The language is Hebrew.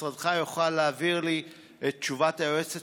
משרדך יוכל להעביר לי את תשובת היועצת